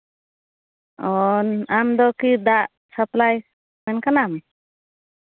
ᱚᱻ ᱟᱢᱫᱚ ᱠᱤ ᱫᱟᱜ ᱥᱟᱯᱞᱟᱭ ᱨᱮᱱ ᱠᱟᱱᱟᱢ